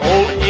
Old